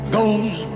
goes